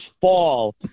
fall